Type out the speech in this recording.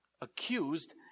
accused